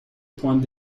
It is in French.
point